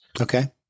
Okay